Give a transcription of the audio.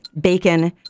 bacon